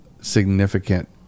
significant